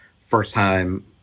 first-time